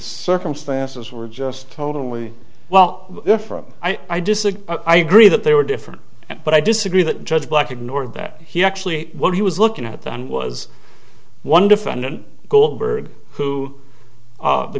circumstances were just totally well different i disagree i agree that they were different but i disagree that judge black ignored that he actually what he was looking at then was one defendant goldberg who